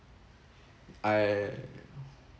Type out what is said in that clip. I